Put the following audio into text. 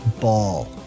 Ball